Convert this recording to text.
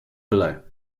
below